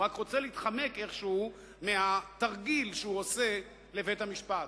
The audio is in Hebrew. הוא רק רוצה להתחמק איכשהו מהתרגיל שהוא עושה לבית-המשפט,